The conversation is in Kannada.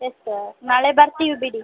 ಎಸ್ ಸರ್ ನಾಳೆ ಬರ್ತೀವಿ ಬಿಡಿ